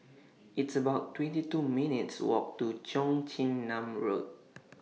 It's about twenty two minutes' Walk to Cheong Chin Nam Road